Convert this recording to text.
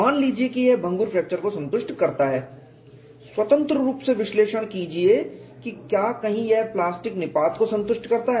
मान लीजिए कि यह भंगुर फ्रैक्चर को संतुष्ट करता है स्वतंत्र रूप से विश्लेषण कीजिए कि क्या कहीं यह प्लास्टिक निपात को संतुष्ट करता है